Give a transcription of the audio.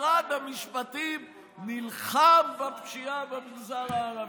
משרד המשפטים נלחם בפשיעה במגזר הערבי.